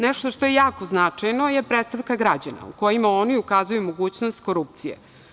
Nešto što je jako značajno je predstavka građana, u kojima oni ukazuju mogućnost korupcije.